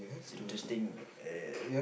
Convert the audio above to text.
it's interesting uh